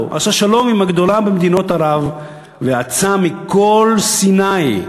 עשה שלום עם הגדולה במדינות ערב ויצא מכל סיני.